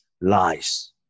lies